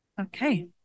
okay